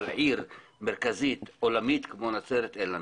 עיר מרכזית עולמית כמו נצרת, אין לנו.